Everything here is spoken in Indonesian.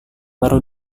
baru